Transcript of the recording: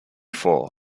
four